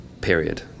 period